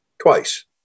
twice